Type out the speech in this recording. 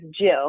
Jill